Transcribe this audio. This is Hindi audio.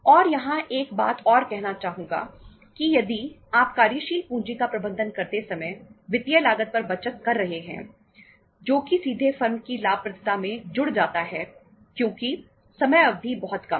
और यहाँ एक बात और कहना चाहूंगा कि यदि आप कार्यशील पूंजी का प्रबंधन करते समय वित्तीय लागत पर बचत कर रहे हैं जो कि सीधे फर्म की लाभप्रदता में जुड़ जाता है क्योंकि समय अवधि बहुत कम है